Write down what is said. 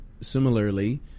similarly